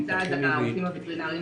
--- את זה מהרופאים הווטרינריים